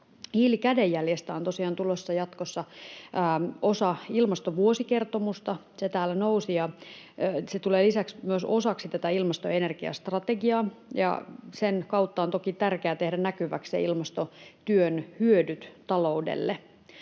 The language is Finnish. Hiilikädenjäljestä on tosiaan tulossa jatkossa osa ilmastovuosikertomusta, se täällä nousi, ja se tulee lisäksi myös osaksi tätä ilmasto- ja energiastrategiaa, ja sen kautta on toki tärkeää tehdä näkyviksi ilmastotyön hyödyt taloudelle.